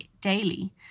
daily